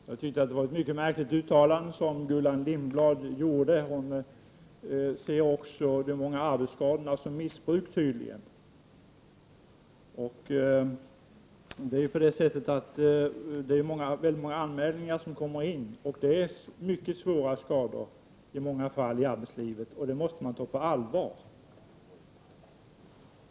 Fru talman! Det var ett mycket märkligt uttalande som Gullan Lindblad gjorde. Hon ser tydligen också de många arbetsskadorna som missbruk. Det kommer in många anmälningar. I många fall rör det mycket svåra skador i arbetslivet, och det måste man ta på allvar.